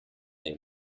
they